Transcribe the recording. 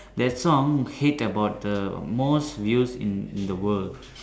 that song hit about the most views in in the world